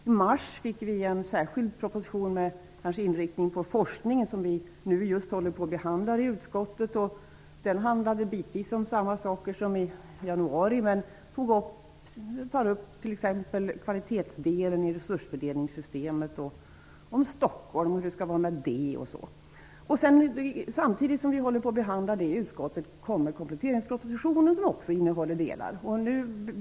I mars fick vi en särskild proposition med inriktning på forskning och den behandlas just nu i utskottet. Den propositionen handlar bitvis om samma saker som det var fråga om i januari. Man tar t.ex. upp kvalitetsdelen i resursfördelningssystemet, hur det skall vara med Stockholm osv. Samtidigt som vi behandlar dessa frågor i utskottet kommer kompletteringspropositionen, som också innehåller delar av det här.